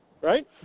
right